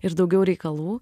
ir daugiau reikalų